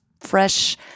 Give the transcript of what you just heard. fresh